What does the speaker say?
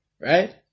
Right